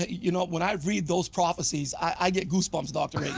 you know when i read those prophecies i get goosebumps dr. reagan.